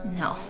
no